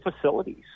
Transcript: facilities